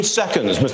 seconds